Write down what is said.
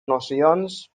nocions